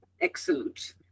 Excellent